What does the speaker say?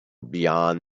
beyond